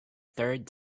third